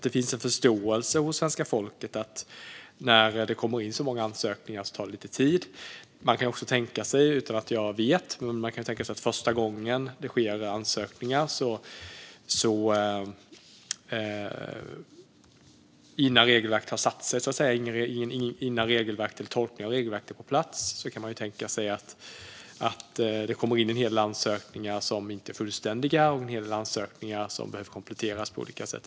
Det finns en förståelse hos svenska folket för att det tar lite tid när det kommer in så många ansökningar. Man kan också tänka sig, utan att jag vet, att det första gången - innan regelverket har satt sig och tolkningen av regelverket är på plats - kommer in en hel del ansökningar som inte är fullständiga utan som behöver kompletteras på olika sätt.